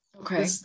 Okay